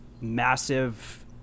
massive